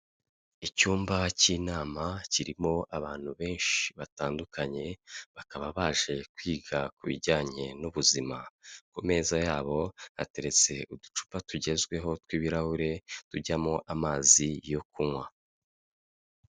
Icyumba cy'inama kirimo abantu benshi batandukanye, bakaba baje kwiga ku bijyanye n'ubuzima, ku meza yabo hateretse uducupa tugezweho tw'ibirahure, tujyamo amazi yo kunywa.